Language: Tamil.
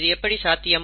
இது எப்படி சாத்தியம்